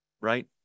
right